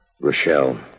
Rochelle